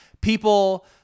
people